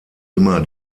immer